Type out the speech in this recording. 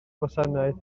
gwasanaeth